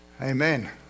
Amen